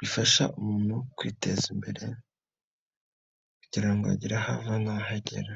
rifasha umuntu kwiteza imbere, kugira ngo agire aho ava n'aho agera.